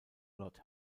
lord